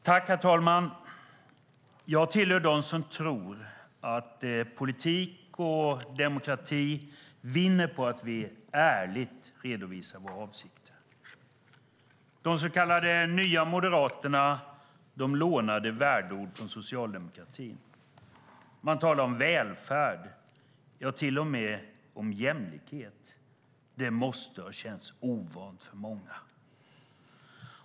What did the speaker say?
Herr talman! Jag tillhör dem som tror att politik och demokrati vinner på att vi ärligt redovisar våra avsikter. De så kallade nya moderaterna lånade värdeord från socialdemokratin. Man talade om välfärd och till och med om jämlikhet. Det måste ha känts ovant för många.